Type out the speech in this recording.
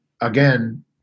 again